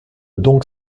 donc